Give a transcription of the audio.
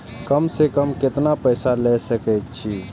कम से कम केतना पैसा ले सके छी?